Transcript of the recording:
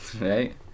Right